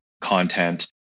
content